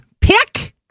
pick